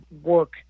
work